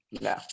No